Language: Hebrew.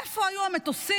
איפה היו המטוסים,